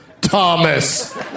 Thomas